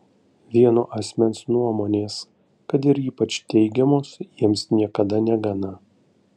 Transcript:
vieno asmens nuomonės kad ir ypač teigiamos jiems niekada negana